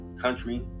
country